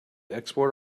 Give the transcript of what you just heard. export